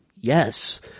Yes